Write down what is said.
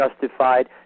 justified